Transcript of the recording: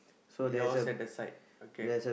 yours at the side okay